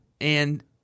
And-